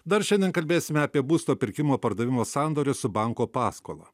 dar šiandien kalbėsime apie būsto pirkimo pardavimo sandorį su banko paskola